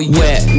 wet